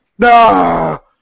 No